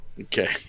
Okay